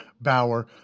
Bauer